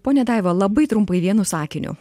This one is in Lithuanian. ponia daiva labai trumpai vienu sakiniu